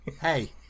Hey